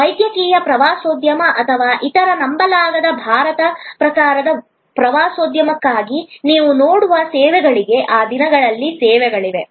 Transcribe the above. ವೈದ್ಯಕೀಯ ಪ್ರವಾಸೋದ್ಯಮ ಅಥವಾ ಇತರ ನಂಬಲಾಗದ ಭಾರತ ಪ್ರಕಾರದ ಪ್ರವಾಸೋದ್ಯಮಕ್ಕಾಗಿ ನೀವು ನೋಡುವ ಸೇವೆಗಳಿಗೆ ಈ ದಿನಗಳಲ್ಲಿ ಸೇವೆಗಳಿವೆ